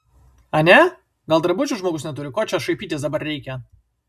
ane gal drabužių žmogus neturi ko čia šaipytis dabar reikia